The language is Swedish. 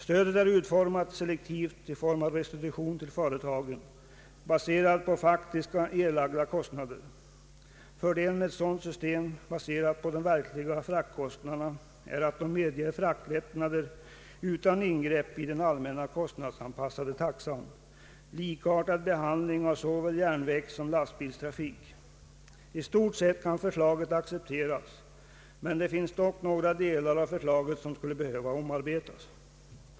Stödet är utformat selektivt i form av restitution till företagen baserad på faktiska, erlagda kostnader. Fördelen med ett sådant system baserat på de verkliga fraktkostnaderna är att det medger fraktlättnader utan ingrepp i den allmänna kostnadsanpassade taxan med likartad behandling av såväl järnvägssom lastbilstrafik. I stort sett kan förslaget accepteras, men det finns några delar av förslaget som skulle behöva omarbetas.